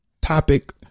topic